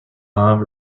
love